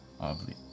oddly